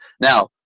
Now